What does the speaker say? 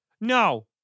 no